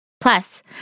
Plus